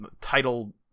title